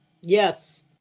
Yes